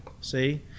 see